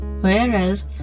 Whereas